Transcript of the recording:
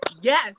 Yes